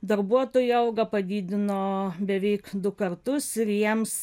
darbuotojo algą padidino beveik du kartus ir jiems